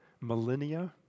millennia